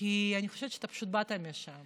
כי אני חושבת שאתה פשוט באת משם.